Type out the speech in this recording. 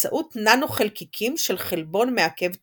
באמצעות ננו-חלקיקים של חלבון מעכב תמותה.